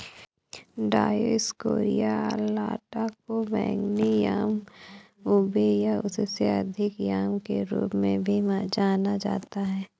Dioscorea alata को बैंगनी yam ube या उससे अधिक याम के रूप में भी जाना जाता है